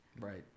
right